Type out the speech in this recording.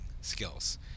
skills